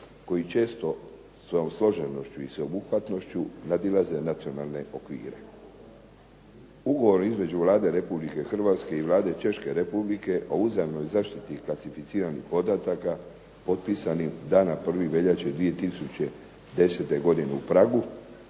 koji često svojom složenošću i sveobuhvatnošću nadilaze nacionalne okvire. Ugovor između Vlade Republike Hrvatske i Vlade Češke Republike o uzajamnoj zaštiti klasificiranih podataka potpisanim dana 1. veljače 2010. godine u Pragu